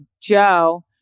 Joe